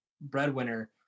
breadwinner